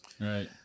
right